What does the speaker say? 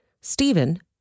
Stephen